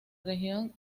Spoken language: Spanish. región